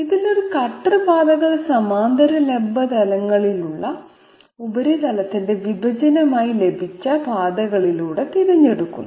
ഇതിൽ ഒരു കട്ടർ പാതകൾ സമാന്തര ലംബ തലങ്ങളുള്ള ഉപരിതലത്തിന്റെ വിഭജനമായി ലഭിച്ച പാതകളിലൂടെ തിരഞ്ഞെടുക്കുന്നു